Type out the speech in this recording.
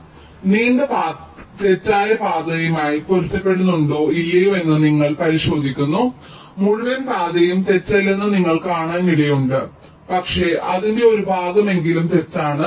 അതിനാൽ നീണ്ട പാതകൾ തെറ്റായ പാതയുമായി പൊരുത്തപ്പെടുന്നുണ്ടോ ഇല്ലയോ എന്ന് നിങ്ങൾ പരിശോധിക്കുന്നു മുഴുവൻ പാതയും തെറ്റല്ലെന്ന് നിങ്ങൾ കാണാനിടയുണ്ട് പക്ഷേ അതിന്റെ ഒരു ഭാഗമെങ്കിലും തെറ്റാണ്